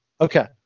Okay